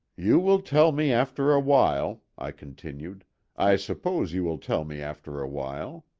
you will tell me after a while, i continued i suppose you will tell me after a while.